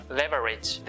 leverage